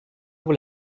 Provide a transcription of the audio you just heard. vaut